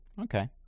Okay